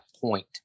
point